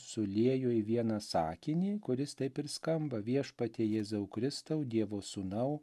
suliejo į vieną sakinį kuris taip ir skamba viešpatie jėzau kristau dievo sūnau